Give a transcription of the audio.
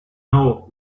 know